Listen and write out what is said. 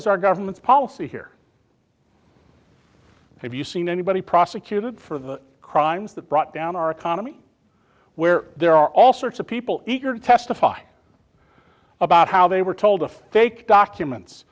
is our government's policy here have you seen anybody prosecuted for the crimes that brought down our economy where there are all sorts of people eager to testify about how they were told to fake documents